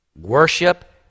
worship